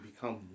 become